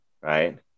right